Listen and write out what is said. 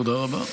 תודה רבה.